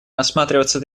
рассматриваться